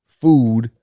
food